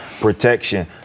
protection